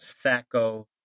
Sacco